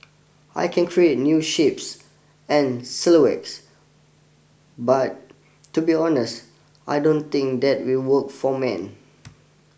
I can create new shapes and silhouettes but to be honest I don't think that will work for men